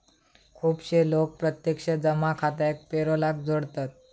खुपशे लोक प्रत्यक्ष जमा खात्याक पेरोलाक जोडतत